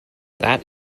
that